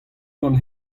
gant